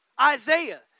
Isaiah